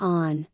on